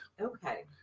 Okay